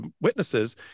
witnesses